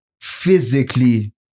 physically